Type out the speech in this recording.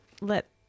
let